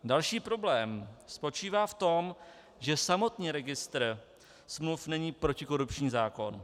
Další problém spočívá v tom, že samotný registr smluv není protikorupční zákon.